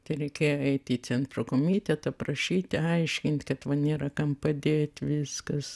tai reikėjo eit į centro komitetą prašyti paaiškint kad va nėra kam padėt viskas